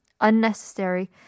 unnecessary